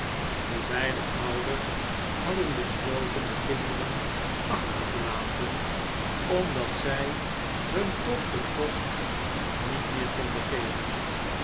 de beide ouders hadden besloten de kinderen achter te laten omdat zij hun toch den kost niet meer konden geven